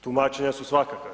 Tumačenja su svakakva.